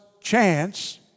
chance